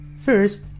First